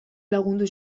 lagundu